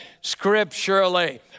scripturally